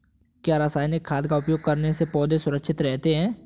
क्या रसायनिक खाद का उपयोग करने से पौधे सुरक्षित रहते हैं?